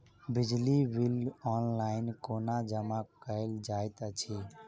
बिजली bill online कोना जमा कएल जाइत अछि?